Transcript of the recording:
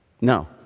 No